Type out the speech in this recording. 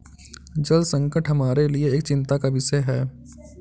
जल संकट हमारे लिए एक चिंता का विषय है